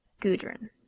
Gudrun